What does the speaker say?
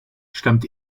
stammt